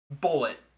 Bullet